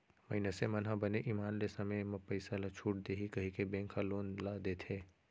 मइनसे मन ह बने ईमान ले समे म पइसा ल छूट देही कहिके बेंक ह लोन ल देथे